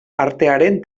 artearen